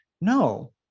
No